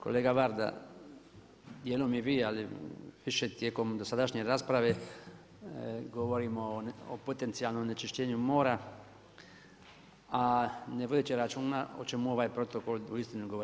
Kolega Varda, dijelom i vi, ali više tijekom dosadašnje rasprave govorimo o potencijalnom onečišćenju mora, a ne vodeći računa o čemu ovaj protokol uistinu govori.